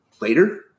later